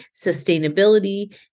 sustainability